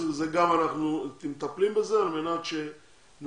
אנחנו גם מטפלים בזה על מנת שנריץ